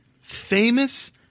famous